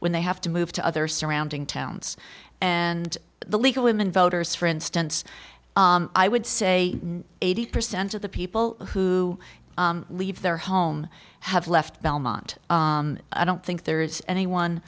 when they have to move to other surrounding towns and the league of women voters for instance i would say eighty percent of the people who leave their home have left belmont i don't think there is anyone